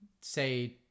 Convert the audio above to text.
say